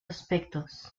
aspectos